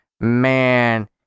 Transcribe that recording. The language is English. man